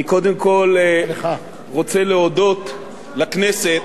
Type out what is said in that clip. אני קודם כול רוצה להודות לכנסת,